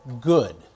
good